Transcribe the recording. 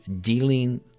dealing